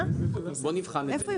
בוא נבחן את זה.